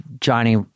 Johnny